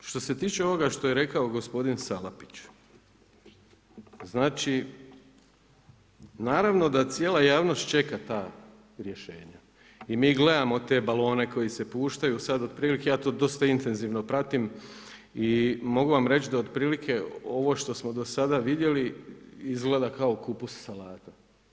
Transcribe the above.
Što se tiče ovoga što je rekao gospodin Salapić, znači naravno da cijela javnost čeka ta rješenja i mi gledamo te balone koji se puštaju sada otprilike ja to dosta intenzivno pratim i mogu vam reći da otprilike ovo što smo do sada vidjeli izgleda kao kupus salata.